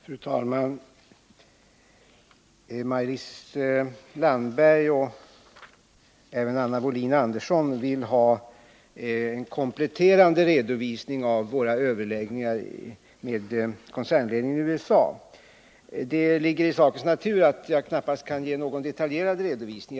Fru talman! Maj-Lis Landberg och även Anna Wohlin-Andersson vill ha en kompletterande redovisning av våra överläggningar med koncernledningen i USA. Det ligger i sakens natur att jag knappast kan ge någon detaljerad redovisning.